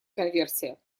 конверсия